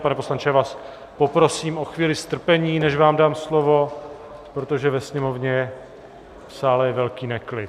Pane poslanče, já vás poprosím o chvíli strpení, než vám dám slovo, protože ve sněmovně v sále je velký neklid...